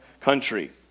country